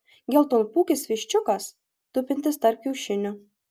geltonpūkis viščiukas tupintis tarp kiaušinių